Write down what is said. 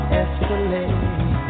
escalate